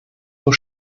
nur